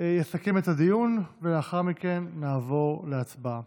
יסכם את הדיון, ולאחר מכן נעבור להצבעה.